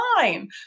fine